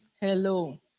Hello